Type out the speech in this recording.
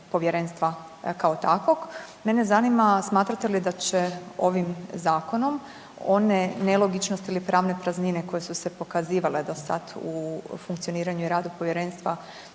povjerenstva kao takvog. Mene zanima, smatrate li da će ovim zakonom one nelogičnosti ili pravne praznine koje su se pokazivale do sad u funkcioniranju i radu povjerenstva